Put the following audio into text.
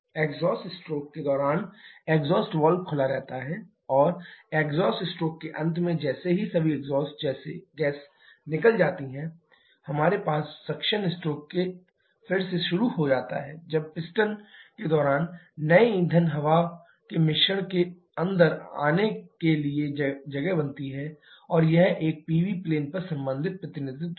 exhaust stroke के दौरान exhaust valve खुला रहता है और एग्जॉस्ट स्ट्रोक के अंत में जैसे ही सभी एग्जॉस्ट गैस निकल जाती हैं हमारे पास सक्शन स्ट्रोक फिर से शुरू हो जाता है जब पिस्टन के दौरान नए ईंधन हवा के मिश्रण के अंदर आने लिए अधिक जगह बनती है और यह एक Pv प्लेन पर संबंधित प्रतिनिधित्व है